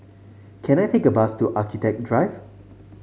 can I take a bus to Architecture Drive